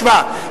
שמע,